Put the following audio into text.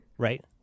Right